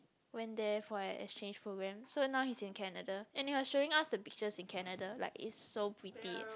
went there for an exchange program so now he's in Canada and he was showing us the pictures in Canada like its so pretty